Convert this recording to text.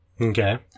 Okay